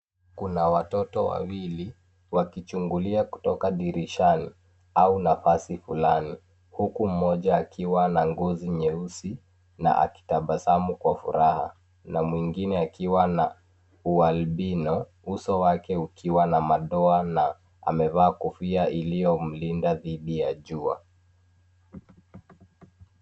Kuna watoto wawili, wakichungulia kutoka dirishani au nafasi fulani, huku mmoja akiwa na ngozi nyeusi na akitabasamu kwa furaha, na mwingine akiwa na ualbino, uso wake ukiwa na madoa, na amevaa kofia iliyomlinda dhidi ya jua.